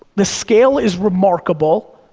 the scale is remarkable,